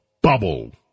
bubble